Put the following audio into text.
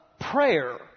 prayer